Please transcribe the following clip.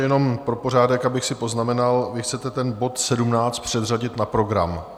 Jenom pro pořádek, abych si poznamenal, vy chcete ten bod 17 předřadit na program...